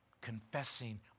confessing